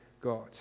God